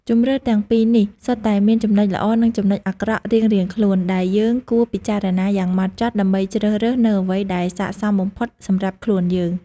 ជម្រើសទាំងពីរនេះសុទ្ធតែមានចំណុចល្អ និងចំណុចអាក្រក់រៀងៗខ្លួន ដែលយើងគួរពិចារណាយ៉ាងហ្មត់ចត់ដើម្បីជ្រើសរើសនូវអ្វីដែលស័ក្តិសមបំផុតសម្រាប់ខ្លួនយើង។